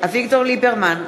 אביגדור ליברמן,